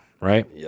right